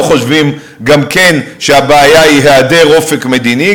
חושבים גם כן שהבעיה היא היעדר אופק מדיני.